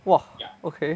!wah! okay